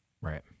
right